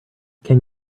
can